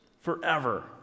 forever